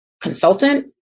consultant